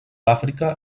àfrica